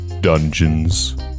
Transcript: Dungeons